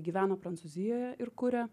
gyvena prancūzijoje ir kuria